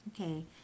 Okay